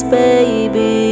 baby